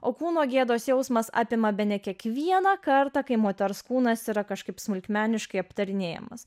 o kūno gėdos jausmas apima bene kiekvieną kartą kai moters kūnas yra kažkaip smulkmeniškai aptarinėjamas